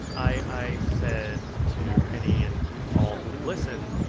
i said to any and all who would listen,